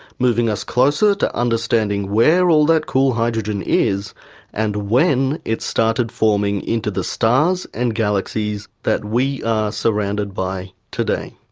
moving us closer to understanding where all that cool hydrogen is and when it started forming into the stars and galaxies that we are surrounded by today.